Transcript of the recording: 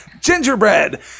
Gingerbread